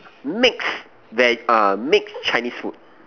mix veg ah mixed Chinese food